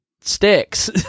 sticks